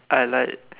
I like